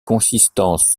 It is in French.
consistance